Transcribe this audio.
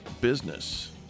business